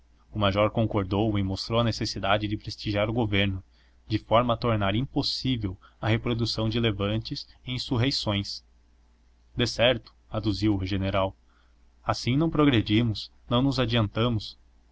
o major concordou e mostrou a necessidade de prestigiar o governo de forma a tornar impossível a reprodução de levantes e insurreições decerto aduziu o general assim não progredimos não nos adiantamos